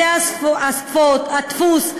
על בתי-הדפוס,